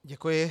Děkuji.